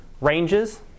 ranges